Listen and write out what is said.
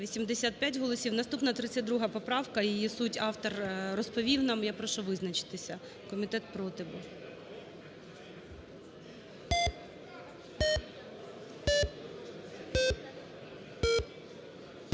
85 голосів. Наступна – 32 поправка. Її суть автор розповів нам. Я прошу визначитися. Комітет проти був.